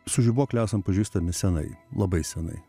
su žibuokle esam pažįstami senai labai senai